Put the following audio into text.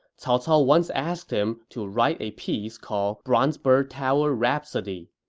cao cao once asked him to write a piece called bronze bird tower rhapsody.